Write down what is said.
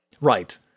Right